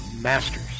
Masters